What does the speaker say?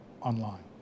online